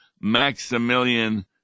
Maximilian